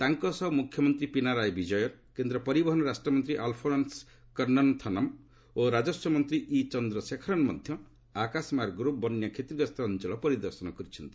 ତାଙ୍କ ସହ ମୁଖ୍ୟମନ୍ତ୍ରୀ ପିନାରାଇ ବିଜୟନ୍ କେନ୍ଦ୍ର ପରିବହନ ରାଷ୍ଟ୍ରମନ୍ତ୍ରୀ ଆଲ୍ଫୋନ୍ସ କନ୍ନନ୍ଥନମ୍ ଓ ରାଜସ୍ୱ ମନ୍ତ୍ରୀ ଇ ଚନ୍ଦ୍ରଶେଖରନ୍ ମଧ୍ୟ ଆକାଶ ମାର୍ଗରୁ ବନ୍ୟା କ୍ଷତିଗ୍ରସ୍ତ ଅଞ୍ଚଳ ପରିଦର୍ଶନ କରିଛନ୍ତି